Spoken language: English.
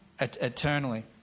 eternally